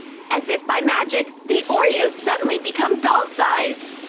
as if by magic, the oreos suddenly become doll-sized.